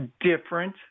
different